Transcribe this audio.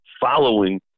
following